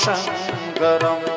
Shankaram